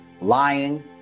lying